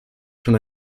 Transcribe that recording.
schon